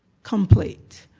complete.